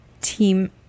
team